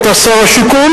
אתה שר השיכון,